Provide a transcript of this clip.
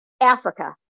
africa